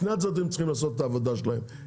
שני הצדדים צריכים לעשות את העבודה שלהם,